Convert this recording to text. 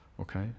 okay